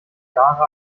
jahre